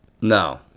No